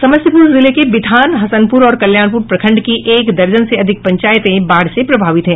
समस्तीपुर जिले के बिथान हसनपुर और कल्याणपुर प्रखंड की एक दर्जन से अधिक पंचायतें बाढ़ से प्रभावित हैं